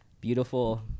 beautiful